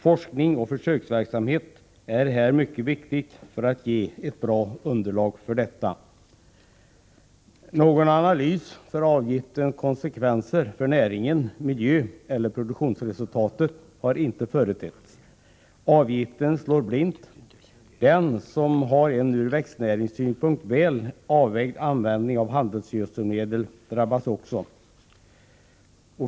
Forskning och försöksverksamhet är mycket viktiga för att man skall få ett bra underlag för en sådan gödselanvändning. Någon analys av avgiftens konsekvenser för näringen, miljön eller produktionsresultatet har inte företetts. Avgiften slår blint. Även de som har en från växtnäringssynpunkt väl avvägd användning av handelsgödselmedel drabbas.